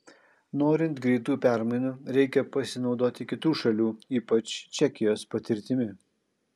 norint greitų permainų reikia pasinaudoti kitų šalių ypač čekijos patirtimi